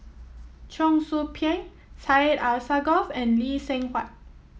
Cheong Soo Pieng Syed Alsagoff and Lee Seng Huat